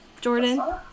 Jordan